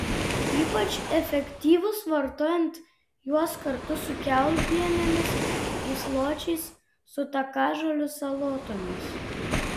ypač efektyvūs vartojant juos kartu su kiaulpienėmis gysločiais su takažolių salotomis